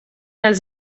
els